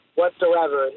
whatsoever